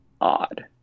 odd